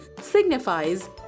signifies